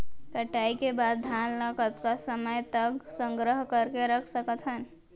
कटाई के बाद धान ला कतका समय तक संग्रह करके रख सकथन?